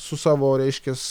su savo reiškias